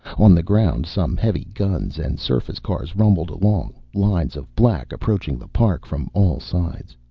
on the ground some heavy guns and surface cars rumbled along, lines of black approaching the park from all sides.